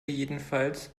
jedenfalls